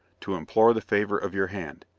to implore the favour of your hand.